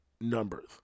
numbers